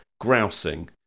grousing